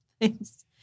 Thanks